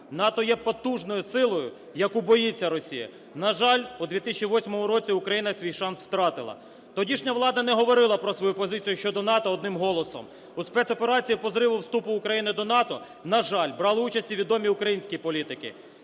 НАТО є потужною силою, яку боїться Росія. На жаль, у 2008 році Україна свій шанс втратила. Тодішня влада не говорила про свою позицію щодо НАТО одним голосом. У спецоперації по зриву вступу України до НАТО, на жаль, брали участь і відомі українські політики.